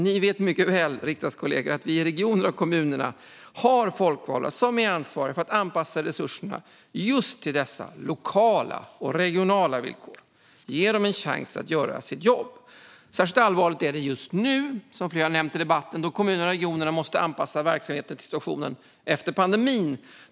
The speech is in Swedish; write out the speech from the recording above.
Ni vet mycket väl, riksdagskollegor, att vi i regioner och kommuner har folkvalda som är ansvariga för att anpassa resurserna till just dessa lokala och regionala villkor. Ge dem en chans att göra sitt jobb! Särskilt allvarligt är det - som flera har nämnt i debatten - just nu då kommunerna och regionerna måste återanpassa verksamheten till situationen efter pandemin.